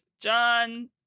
John